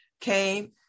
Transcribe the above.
came